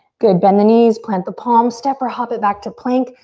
good, bend the knees, plant the palms. step or hop it back to plank.